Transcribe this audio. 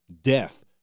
death